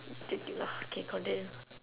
irritating lah K continue